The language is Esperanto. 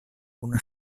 kun